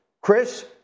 Chris